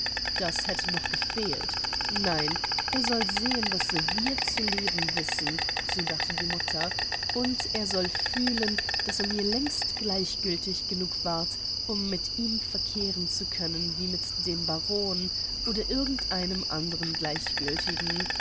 das hätte noch gefehlt nein er soll sehen daß wir zu leben wissen so dachte die mutter und er soll fühlen daß er mir längst gleichgiltig genug ward um mit ihm verkehren zu können wie mit dem baron oder irgend einem andern gleichgiltigen